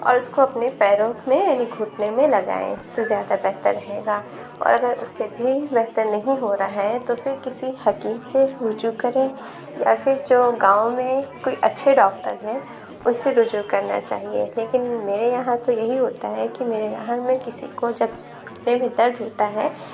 اور اس کو اپنے پیروں میں یعنی گھٹنے میں لگائیں تو زیادہ بہتر رہے گا اور اگر اس سے بھی بہتر نہیں ہو رہا ہے تو پھر کسی حکیم سے رجوع كریں یا پھر جو گاؤں میں كوئی اچھے ڈاكٹر ہیں اس سے رجوع کرنا چاہیے لیکن میرے یہاں تو یہی ہوتا ہے کہ میرے گھر میں کسی کو جب گھٹنے میں درد ہوتا ہے